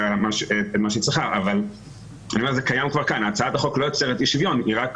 את מה שהיא צריכה אבל הצעת החוק לא יוצרת אי-שוויון אלא רק